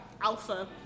alpha